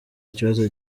kibazo